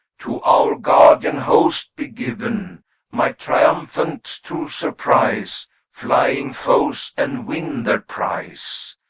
to our guardian host be given might triumphant to surprise flying foes and win their prize.